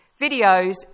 videos